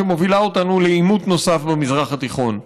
שמובילה אותנו לעימות נוסף במזרח התיכון.